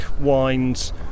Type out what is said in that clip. wines